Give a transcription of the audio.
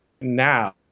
now